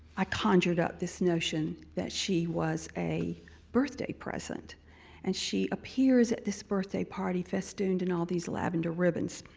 i conjured up this notion that she was a birthday present and she appears at this birthday party festooned in all these lavendar ribbons.